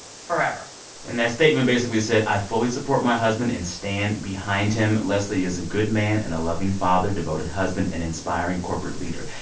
forever and that statement basically said, i fully support my husband and stand behind him. leslie is a good man and a loving father, devoted husband and inspiring corporate leader.